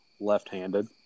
left-handed